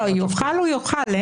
לא, יוכל הוא יוכל.